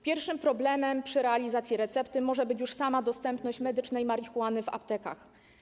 Pierwszym problemem przy realizacji recepty może być już sama dostępność medycznej marihuany w aptekach.